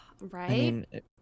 Right